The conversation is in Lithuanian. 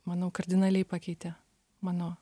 manau kardinaliai pakeitė mano